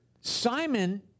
Simon